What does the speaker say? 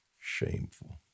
shameful